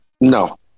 No